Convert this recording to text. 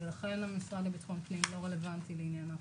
ולכן המשרד לבטחון פנים לא רלוונטי לעניין ההכשרות.